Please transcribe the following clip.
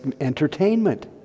entertainment